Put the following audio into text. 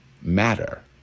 matter